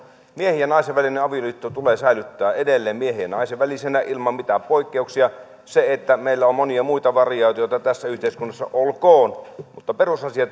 miehen ja naisen välinen avioliitto tulee säilyttää edelleen miehen ja naisen välisenä ilman mitään poikkeuksia se että meillä on monia muita variaatioita tässä yhteiskunnassa olkoon mutta perusasioiden